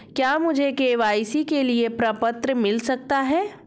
क्या मुझे के.वाई.सी के लिए प्रपत्र मिल सकता है?